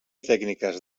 tècniques